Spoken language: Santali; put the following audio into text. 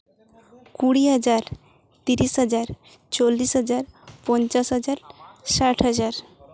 ᱠᱩᱲᱤ ᱦᱟᱡᱟᱨ ᱛᱤᱨᱤᱥ ᱦᱟᱡᱟᱨ ᱪᱚᱞᱞᱤᱥ ᱦᱟᱡᱟᱨ ᱯᱚᱧᱪᱟᱥ ᱦᱟᱡᱟᱨ ᱥᱟᱴ ᱦᱟᱡᱟᱨ